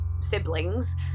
siblings